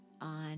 on